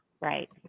Right